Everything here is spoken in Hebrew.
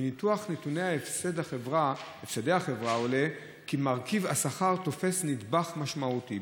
מניתוח נתוני הפסדי החברה עולה כי מרכיב השכר תופס נדבך משמעותי.